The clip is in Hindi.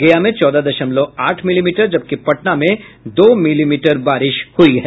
गया में चौदह दशमलव आठ मिलीमीटर जबकि पटना में दो मिलीमीटर बारिश हुई है